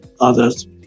others